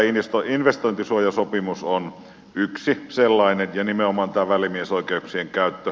tämä investointisuojasopimus on yksi sellainen ja nimenomaan tämä välimiesoikeuksien käyttö